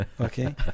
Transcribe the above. Okay